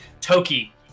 Toki